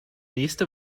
nächste